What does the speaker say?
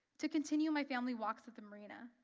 to continue my family walks at the marina.